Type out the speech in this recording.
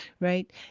right